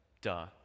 duh